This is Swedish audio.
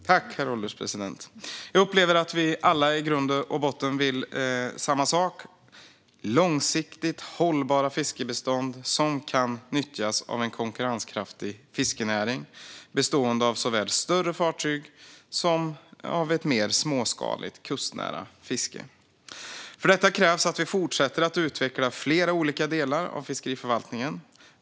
Herr ålderspresident! Jag tackar ledamoten för en bra debatt. Jag upplever att vi alla i grund och botten . Herr ålderspresident! Jag upplever att vi alla i grund och botten vill ha samma sak - långsiktigt hållbara fiskbestånd som kan nyttjas av en konkurrenskraftig fiskerinäring, bestående av såväl större fartyg som av ett mer småskaligt kustnära fiske. För detta krävs att vi fortsätter att utveckla flera olika delar av fiskeriförvaltningen.